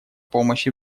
помощь